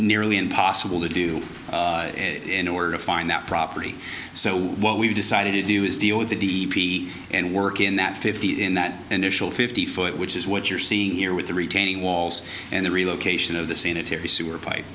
nearly impossible to do in order to find that property so what we've decided to do is deal with the e p a and work in that fifty in that initial fifty foot which is what you're seeing here with the retaining walls and the relocation of the sanitary sewer pi